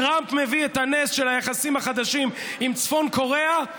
טראמפ מביא את הנס של היחסים החדשים עם צפון קוריאה.